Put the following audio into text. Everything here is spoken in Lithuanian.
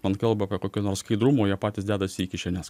man kalba apie kokį nors skaidrumą o jie patys dedasi į kišenes